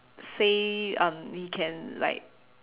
say um he can like